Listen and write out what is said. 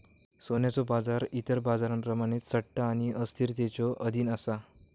सोन्याचो बाजार इतर बाजारांप्रमाणेच सट्टा आणि अस्थिरतेच्यो अधीन असा